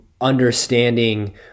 understanding